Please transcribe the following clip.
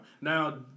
Now